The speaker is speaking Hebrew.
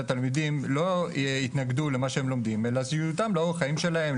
שהתלמידים לא יתנגדו למה שהם לומדים אלא שזה יותאם לאורח החיים שלהם,